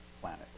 planet